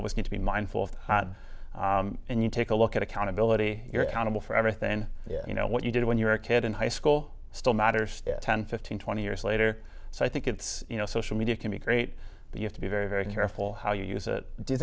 always need to be mindful of god and you take a look at accountability you're accountable for everything yeah you know what you did when you were a kid in high school still matters ten fifteen twenty years later so i think it's you know social media can be great but you have to be very very careful how you use it do you